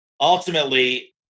ultimately